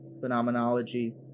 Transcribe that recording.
phenomenology